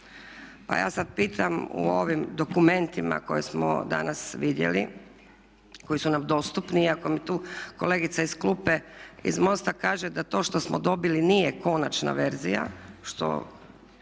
Pa ja sada pitam u ovim dokumentima koje smo danas vidjeli, koji su nam dostupni, iako mi tu kolegica iz klupe iz MOST-a kaže da to što smo dobili nije konačna verzija što